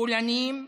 פולנים,